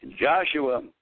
Joshua